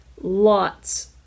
lots